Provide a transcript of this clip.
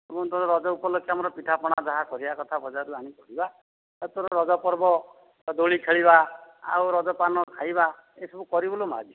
ମୁଁ ତ ରଜ ଉପଲକ୍ଷେ ଆମର ପିଠାପଣା ଯାହା କରିବା କଥା ବଜାରରୁ ଆଣି କରିବା ଏଥର ରଜ ପର୍ବ ଦୋଳି ଖେଳିବା ଆଉ ରଜ ପାନ ଖାଇବା ଏସବୁ କରିବୁ ଲୋ ମା'